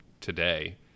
today